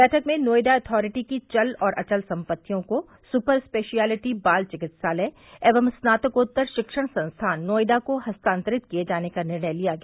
बैठक में नोएडा अथारिटी की चल और अचल सम्पत्तियों को सुपर स्पेशियलिटी बाल चिकित्सालय एवं स्नातकोत्तर शिक्षण संस्थान नोएडा को हस्तांतरित किये जाने का निर्णय लिया गया